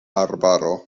arbaro